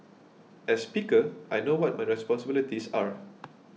as speaker I know what my responsibilities are